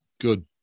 Good